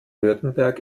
württemberg